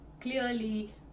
clearly